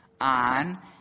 on